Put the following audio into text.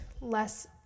less